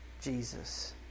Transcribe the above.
Jesus